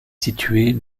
située